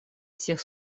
всех